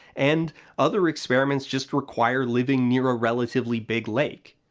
and other experiments just require living near a relatively big lake.